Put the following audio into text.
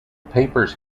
papers